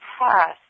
past